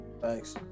thanks